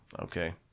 Okay